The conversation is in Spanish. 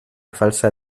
falsa